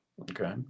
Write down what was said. okay